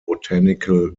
botanical